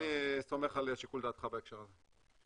אני סומך על שיקול דעתך בהקשר הזה.